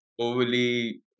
overly